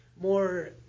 more